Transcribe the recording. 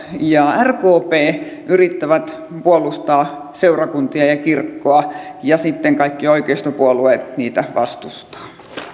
ja rkp yrittävät puolustaa seurakuntia ja kirkkoa ja sitten kaikki oikeistopuolueet niitä vastustavat